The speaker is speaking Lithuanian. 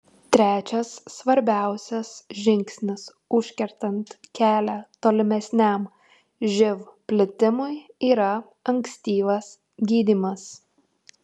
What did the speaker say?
trečias svarbiausias žingsnis užkertant kelią tolimesniam živ plitimui yra ankstyvas gydymas